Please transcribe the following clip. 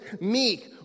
meek